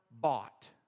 bought